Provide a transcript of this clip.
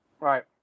Right